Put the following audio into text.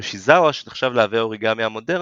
יושיזאווה, שנחשב לאבי האוריגמי המודרני,